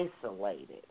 isolated